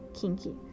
kinky